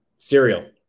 Cereal